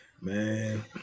man